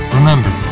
Remember